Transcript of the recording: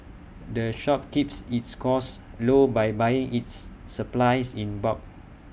the shop keeps its costs low by buying its supplies in bulk